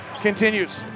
continues